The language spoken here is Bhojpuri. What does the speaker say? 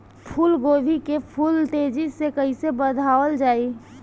फूल गोभी के फूल तेजी से कइसे बढ़ावल जाई?